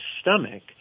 stomach